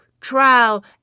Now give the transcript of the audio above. trial